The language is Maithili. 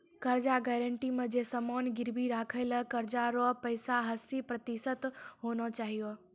कर्जा गारंटी मे जे समान गिरबी राखै छै कर्जा रो पैसा हस्सी प्रतिशत होना चाहियो